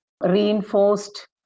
reinforced